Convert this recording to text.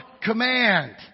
command